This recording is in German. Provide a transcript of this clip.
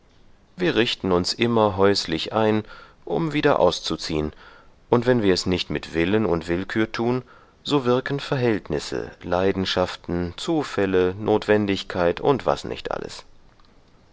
wir richten uns immer häuslich ein um wieder auszuziehen und wenn wir es nicht mit willen und willkür tun so wirken verhältnisse leidenschaften zufälle notwendigkeit und was nicht alles